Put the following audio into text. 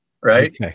right